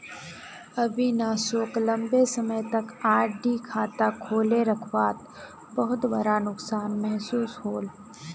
अविनाश सोक लंबे समय तक आर.डी खाता खोले रखवात बहुत बड़का नुकसान महसूस होल